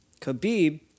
Khabib